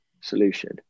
solution